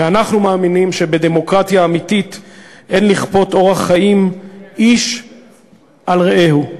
ואנחנו מאמינים שבדמוקרטיה אמיתית אין לכפות אורח חיים איש על רעהו.